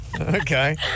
Okay